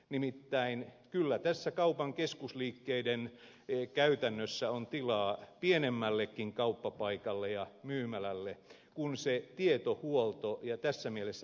nimittäin kyllä tässä kaupan keskusliikkeiden käytännössä on tilaa pienemmällekin kauppapaikalle ja myymälälle kun se tietohuolto ja tässä mielessä logistiikka toimii